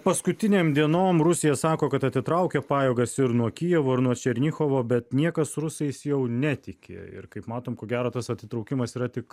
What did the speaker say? paskutinėm dienom rusija sako kad atitraukia pajėgas ir nuo kijevo ir nuo černichovo bet niekas rusais jau netiki ir kaip matom ko gero tas atitraukimas yra tik